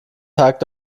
tag